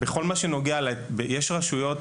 יש רשויות,